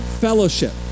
fellowship